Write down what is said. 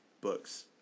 books